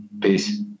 Peace